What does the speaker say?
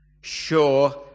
Sure